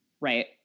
right